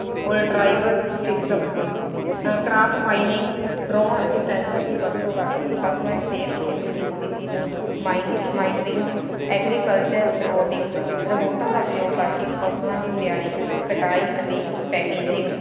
old river system crop mining drone ਅਤੇ sensor ਦੀ ਵਰਤੋਂ ਕਰਕੇ ਫਸਲਾਂ ਦੀ ਸਿਹਤ ਤੇ ਮਿੱਟੀ ਸਥਿਤੀ ਨੂੰ ਮਾਈਨ ਮਾਈਟਰਿੰਗ ਐਗਰੀਕਲਚਰ ਰਿਬੋਟਕਿਸ ਰਿਬੋਟਾਂ ਦਾ ਉਪਯੋਗ ਕਰਕੇ ਫਸਲਾਂ ਦੀ ਤਿਆਰੀ ਕਟਾਈ ਅਤੇ ਪੈਕੇਜਿੰਗ